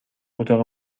اتاق